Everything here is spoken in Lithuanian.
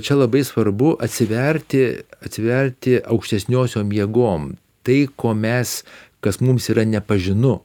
čia labai svarbu atsiverti atsiverti aukštesniosiom jėgom tai ko mes kas mums yra nepažinu